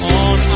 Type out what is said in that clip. on